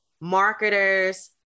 marketers